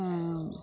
ஆ